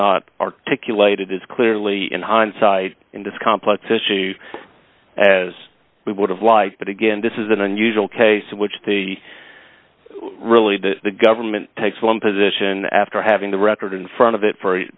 not articulated this clearly in hindsight in this complex issue as we would have liked but again this is an unusual case in which the really that the government takes one position after having the record in front of it for